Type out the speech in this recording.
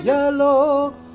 Yellow